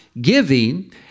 giving